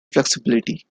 flexibility